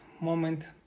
moment